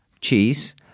cheese